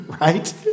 right